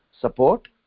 support